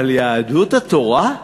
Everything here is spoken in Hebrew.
אבל יהדות התורה,